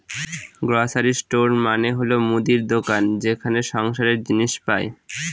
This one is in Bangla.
গ্রসারি স্টোর মানে হল মুদির দোকান যেখানে সংসারের জিনিস পাই